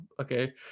okay